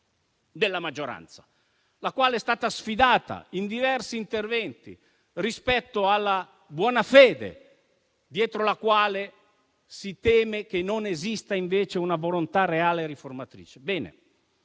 della maggioranza, la quale è stata sfidata in diversi interventi rispetto alla buonafede dietro la quale si teme che non esista invece una reale volontà riformatrice.